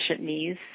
knees